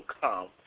come